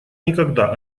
никогда